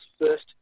first